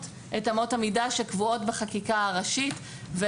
את אמות המידה שקבועות בחקיקה הראשית.